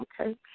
okay